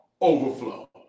Overflow